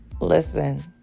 Listen